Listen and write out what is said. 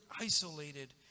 isolated